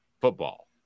football